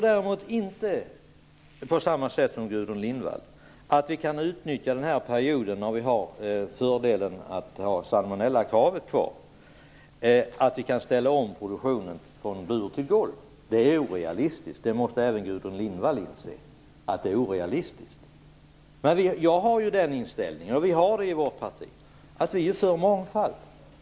Däremot tror jag inte att vi kan utnyttja den här perioden då vi har fördelen att ha kvar salmonellakontrollen för att ställa om produktionen från bur till golv. Det är orealistiskt, och det måste även Gudrun Lindvall inse. Jag och det parti som jag tillhör är för mångfald.